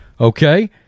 Okay